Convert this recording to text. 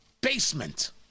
basement